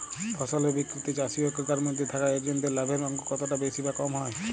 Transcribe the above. ফসলের বিক্রিতে চাষী ও ক্রেতার মধ্যে থাকা এজেন্টদের লাভের অঙ্ক কতটা বেশি বা কম হয়?